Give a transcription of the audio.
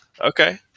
Okay